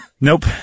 Nope